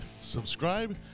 subscribe